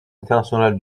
international